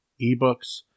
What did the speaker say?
Ebooks